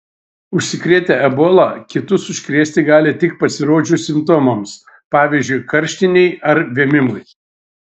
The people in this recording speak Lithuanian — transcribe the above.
užsikrėtę ebola kitus užkrėsti gali tik pasirodžius simptomams pavyzdžiui karštinei ar vėmimui